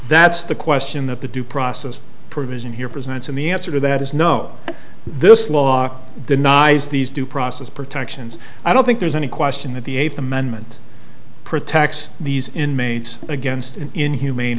that's the question that the due process provision here presents and the answer to that is no this law denies these due process protections i don't think there's any question that the eighth amendment protects these inmates against an inhumane